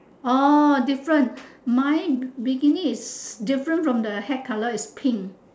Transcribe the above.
orh different mine bikini is different from the hat colour is pink